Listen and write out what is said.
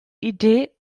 idee